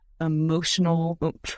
Emotional